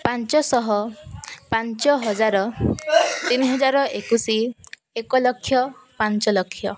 ପାଞ୍ଚଶହ ପାଞ୍ଚ ହଜାର ତିନିହଜାର ଏକୋଇଶି ଏକଲକ୍ଷ ପାଞ୍ଚଲକ୍ଷ